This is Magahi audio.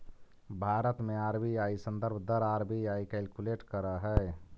भारत में आर.बी.आई संदर्भ दर आर.बी.आई कैलकुलेट करऽ हइ